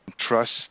trust